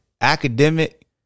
academic